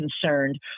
concerned